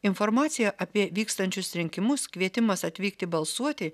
informacija apie vykstančius rinkimus kvietimas atvykti balsuoti